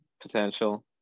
potential